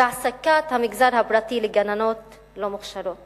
והעסקת גננות לא מוכשרות